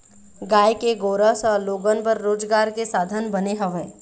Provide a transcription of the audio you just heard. गाय के गोरस ह लोगन बर रोजगार के साधन बने हवय